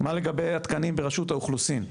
מה לגבי התקנים ברשות האוכלוסין?